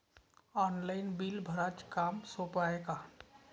Online bill भराच काम सोपं हाय का?